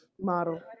model